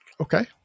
Okay